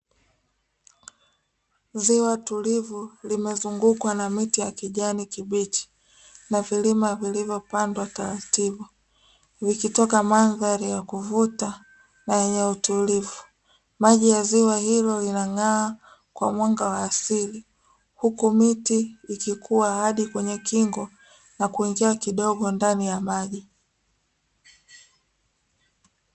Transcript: Ziwa tulivu limezungukwa na miti ya kijani kibichi, na vilima vilivyopandwa taratibu vikitoka mandhari ya kuvuta na yenye utulivu, maji ya ziwa hilo linang'aa kwa mwanga wa asili huku miti ikikua hadi kwenye kingo na kuingia kidogo ndani ya maji.